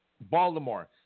Baltimore